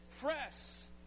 press